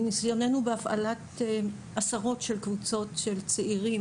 מניסיוננו בהפעלת עשרות קבוצות של צעירים